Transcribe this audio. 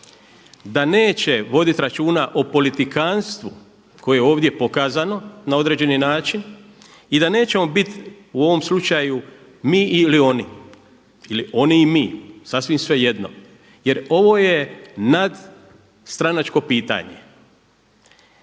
da neće vodit računa o politikantstvu koje je ovdje pokazano na određeni način i da nećemo bit u ovom slučaju mi ili oni ili oni i mi, sasvim svejedno. Jer ovo je nadstranačko pitanje.